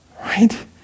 Right